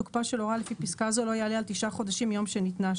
תוקפה של הוראה לפי פסקה זו לא יעלה על תשעה חודשים מיום שניתנה,